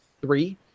three